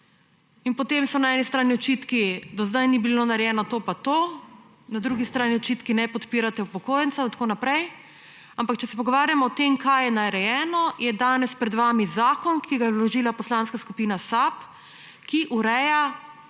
In potem so na eni strani očitki, da do zdaj ni bilo narejeno to pa to, na drugi strani očitki, da ne podpirate upokojencev, ampak če se pogovarjamo o tem, kaj je narejeno, je danes pred vami zakon, ki ga je vložila Poslanska skupina SAB, ki ureja